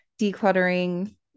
decluttering